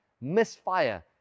misfire